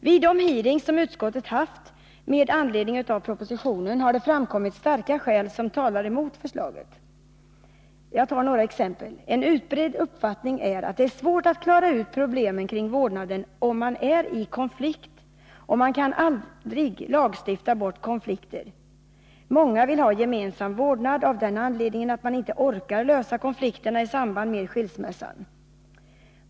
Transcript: Vid de hearings som utskottet haft med anledning av propositionen har det framkommit starka skäl som talar emot förslaget. Jag tar några exempel. En utbredd uppfattning är att det är svårt att klara ut problemen kring vårdnaden om man är i konflikt, och man kan aldrig lagstifta bort konflikter. Många vill ha gemensam vårdnad av den anledningen att man inte orkar lösa konflikterna i samband med skilsmässan.